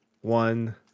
one